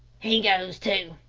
he goes too,